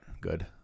good